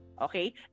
Okay